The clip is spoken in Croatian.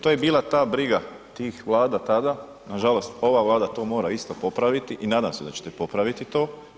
To je bila ta briga tih vlada tada, nažalost ova Vlada to mora isto popraviti i nadam se da ćete popraviti to.